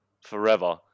forever